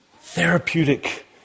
therapeutic